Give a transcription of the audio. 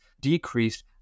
decreased